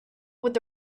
would